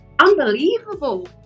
unbelievable